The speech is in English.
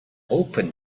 open